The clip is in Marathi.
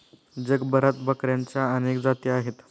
जगभरात बकऱ्यांच्या अनेक जाती आहेत